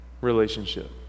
relationship